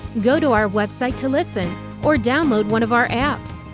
go to our website to listen or download one of our apps.